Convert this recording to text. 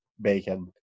bacon